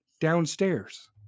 downstairs